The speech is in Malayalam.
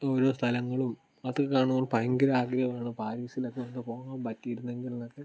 ഓരോ സ്ഥലങ്ങളും അതൊക്കെ കാണുമ്പോൾ ഭയങ്കര ആഗ്രഹമാണ് പേരിസിൽ ഒക്കെ ഒന്ന് പോകാൻ പറ്റിയിരുന്നെങ്കിൽ എന്നൊക്കെ